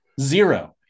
Zero